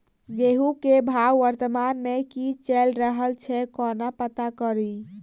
गेंहूँ केँ भाव वर्तमान मे की चैल रहल छै कोना पत्ता कड़ी?